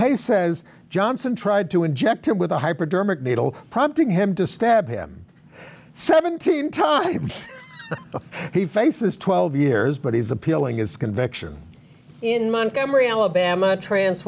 hayes says johnson tried to inject him with a hypodermic needle prompting him to stab him seventeen times he faces twelve years but he's appealing his conviction in montgomery alabama trance